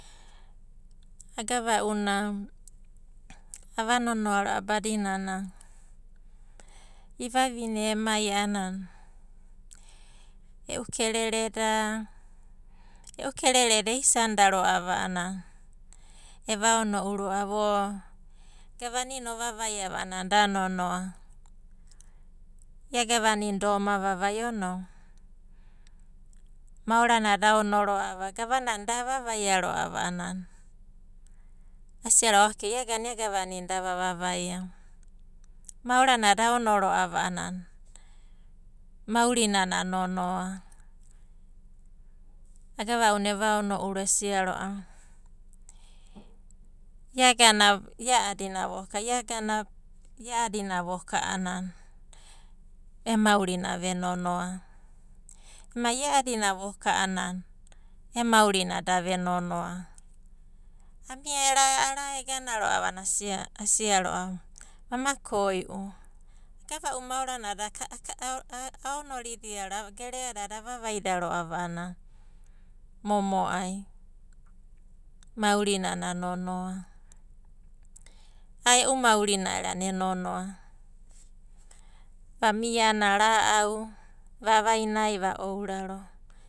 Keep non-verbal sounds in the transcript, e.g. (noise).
Agava'una ava nonoa ro'ava badinana ivavine emai a'ana e'u kerereda, e'u kerereda eisanida ro'ava a'ana evaono'u ro'ava o gavana i'inana ovavai va a'ana da nonoa, ia gavana i'iana da oma vavaia onove. Maoranada aono ro'ava gavanana da avavaia ro'ava a'ana asia ro'ava okei agana ia gavana i'inana da vavaia. Maoranada aono ro'ava a'ana maurinana nonoa. Agava'una evaono'u esia ro'ava ia agana ia'adina voka a'ana emu maurina ve nonoa. Ema ia'adina voka a'ana emu maurina da ve nonoa. Amia ara egana ro'ava a'ana asia ro'ava amakoi'u agava'una maoranada (hesitation) aonorida ro'ava, gere'adada avavaidia ro'ava a'ana e nonoa. Vamia a'ana ra'au, va vainai, va ouraro.